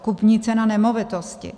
Kupní cena nemovitosti.